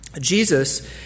Jesus